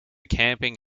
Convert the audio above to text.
camping